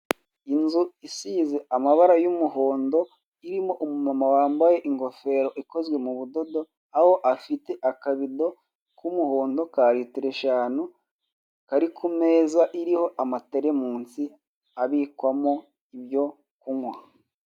Inzu isize amabara y'umuhondo irimo umumama wambaye ingofero ikozwe mu budodo aho afite akabido k'umuhondo ka litiro eshanu kari ku meza iriho amateremunsi abikwamo ibyo kunywa.